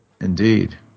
Indeed